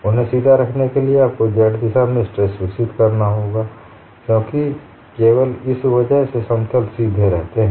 उन्हें सीधा रखने के लिए आपको z दिशा में स्ट्रेस विकसित करना होगा क्योंकि केवल इस वजह से समतल सीधे रहते हैं